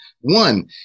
One